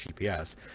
gps